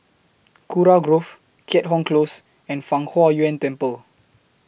Kurau Grove Keat Hong Close and Fang Huo Yuan Temple